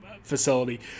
facility